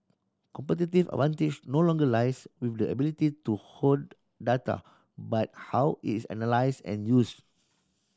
competitive advantage no longer lies with the ability to hoard data but how it's analysed and used